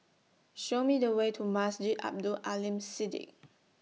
Show Me The Way to Masjid Abdul Aleem Siddique